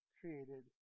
created